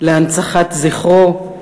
להנצחת זכרו,